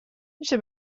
میشه